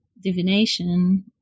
divination